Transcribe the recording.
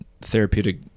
therapeutic